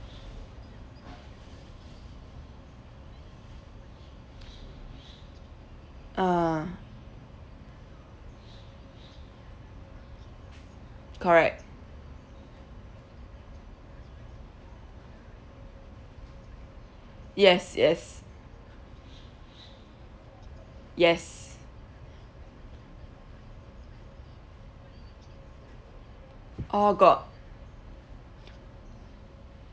ah correct yes yes yes oh got